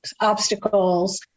obstacles